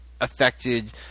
Affected